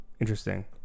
interesting